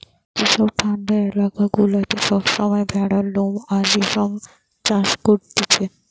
যেসব ঠান্ডা এলাকা গুলাতে সব সময় ভেড়ার লোম আর রেশম চাষ করতিছে